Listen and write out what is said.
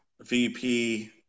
VP